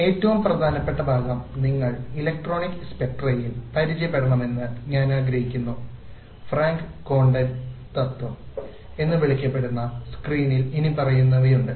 ഏറ്റവും പ്രധാനപ്പെട്ട ഭാഗം നിങ്ങൾ ഇലക്ട്രോണിക് സ്പെക്ട്രയിൽ പരിചയപ്പെടണമെന്ന് ഞാൻ ആഗ്രഹിക്കുന്നു ഫ്രാങ്ക് കോണ്ടൺ തത്വം എന്ന് വിളിക്കപ്പെടുന്ന സ്ക്രീനിൽ ഇനിപ്പറയുന്നവയുണ്ട്